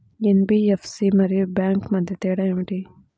NBFC మరియు bank మధ్య తేడా ఏమిటి?